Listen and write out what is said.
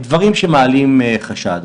דברים שמעלים חשד,